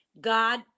God